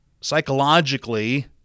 psychologically